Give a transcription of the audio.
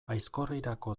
aizkorrirako